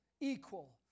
equal